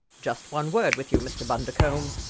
just one word with you, mr. bundercombe,